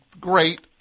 great